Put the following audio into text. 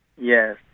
Yes